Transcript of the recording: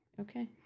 Okay